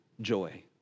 joy